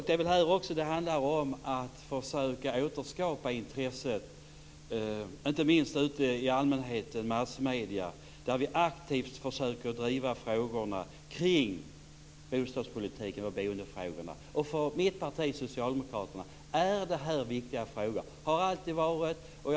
Det handlar här om att försöka återskapa ett intresse inte minst från allmänheten och i massmedierna, där vi aktivt försöker driva de bostadspolitiska frågorna och boendefrågorna. För mitt parti Socialdemokraterna är detta och har alltid varit viktiga frågor.